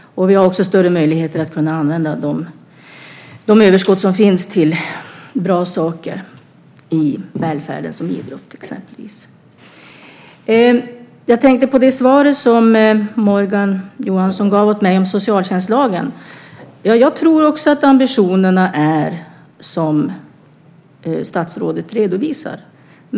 Vi har också större möjligheter att använda de överskott som finns till bra saker i välfärden, till exempel idrott. När det gäller det svar som Morgan Johansson gav mig om socialtjänstlagen tror jag också att de ambitioner som statsrådet redovisar finns.